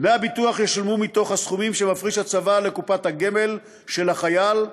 דמי הביטוח ישולמו מתוך הסכומים שמפריש הצבא לקופת הגמל של החייל,